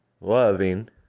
loving